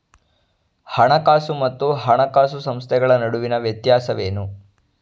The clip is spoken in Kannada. ಹಣಕಾಸು ಮತ್ತು ಹಣಕಾಸು ಸಂಸ್ಥೆಗಳ ನಡುವಿನ ವ್ಯತ್ಯಾಸವೇನು?